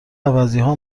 عوضیها